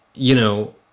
you know,